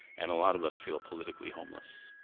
and a lot of us feel politically homeless,